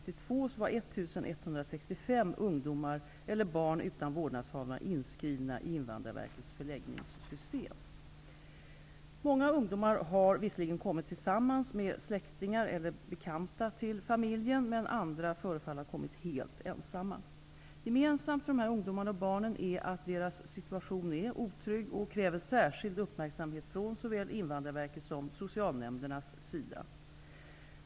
I slutet av år Många ungdomar har visserligen kommit tillsammans med släktingar eller bekanta till familjen men andra förefaller ha kommit helt ensamma. Gemensamt för dessa ungdomar och barn är att deras situation är otrygg och kräver särskild uppmärksamhet från såväl Invandrarverkets som socialnämndernas sida.